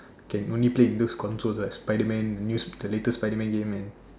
can only play in those consoles right Spiderman the new latest Spiderman game and